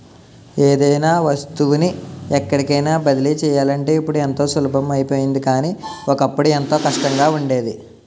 ఏదైనా వస్తువుని ఎక్కడికైన బదిలీ చెయ్యాలంటే ఇప్పుడు ఎంతో సులభం అయిపోయింది కానీ, ఒకప్పుడు ఎంతో కష్టంగా ఉండేది